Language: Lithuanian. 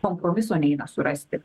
kompromiso neina surasti